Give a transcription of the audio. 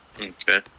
Okay